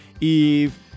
Eve